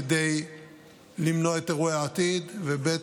כדי למנוע אירועי עתיד, ב.